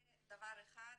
זה דבר אחד,